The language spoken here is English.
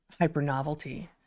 hypernovelty